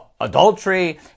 adultery